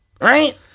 Right